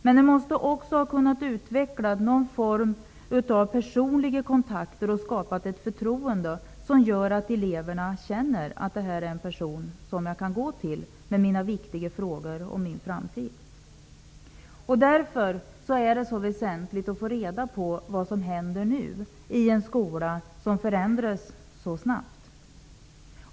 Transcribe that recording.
För det andra måste någon form av personlig kontakt och förtroende ha kunnat utvecklas, som gör att eleverna känner att de kan gå till den här personen med sina viktiga frågor om sin framtid. Därför är det mycket väsenligt att få reda på vad som händer nu i skolan -- en skola som förändras så snabbt.